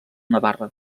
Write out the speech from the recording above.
navarra